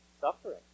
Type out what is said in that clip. suffering